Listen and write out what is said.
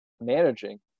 managing